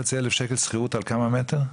3,500 שקלים שכירות לכמה מ"ר?